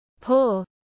poor